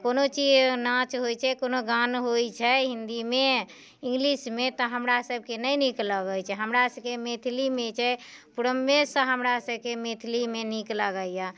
कोनो चीज नाँच होइत छै कोनो गाण होइत छै हिन्दीमे इंग्लिशमे तऽ हमरा सभके नहि नीक लगैत छै हमरा सभकेँ मैथिलीमे छै पुर्वेसँ हमरा सभकेँ मैथिलीमे नीक लगैया